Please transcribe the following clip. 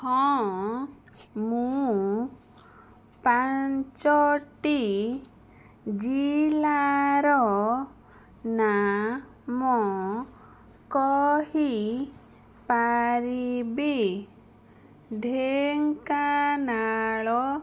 ହଁ ମୁଁ ପାଞ୍ଚଟି ଜିଲ୍ଲାର ନାମ କହିପାରିବି ଢେଙ୍କାନାଳ